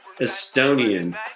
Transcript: Estonian